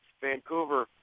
Vancouver